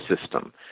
system